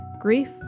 Grief